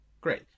Great